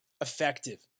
effective